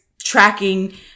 tracking